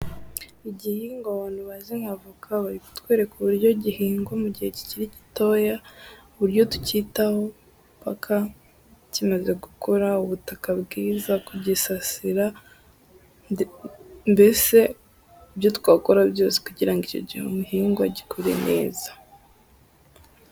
Igihingwa abantu bazi nk'avoka, bari kutwereka uburyo gihingwa mu gihe kikiri gitoya, uburyo tukitaho paka kimaze gukura, ubutaka bwiza, kugisasira mbese ibyo twakora byose kugira ngo icyo gihingwa gikure neza.